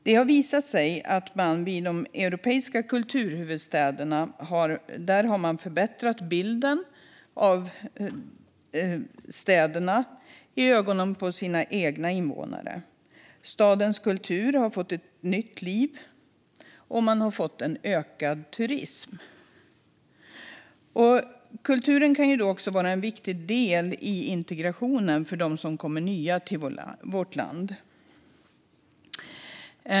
Det har visat sig att man i de europeiska kulturhuvudstäderna förbättrat bilden av städerna i ögonen på deras egna invånare. Stadens kultur har fått nytt liv, och man har fått ökad turism. Kulturen kan också vara en viktig del i integrationen för dem som kommer nya till vårt land.